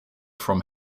from